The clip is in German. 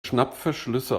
schnappverschlüsse